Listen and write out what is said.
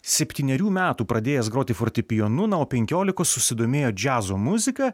septynerių metų pradėjęs groti fortepijonu na o penkiolikos susidomėjo džiazo muzika